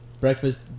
Breakfast